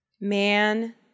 Man